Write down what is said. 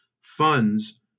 funds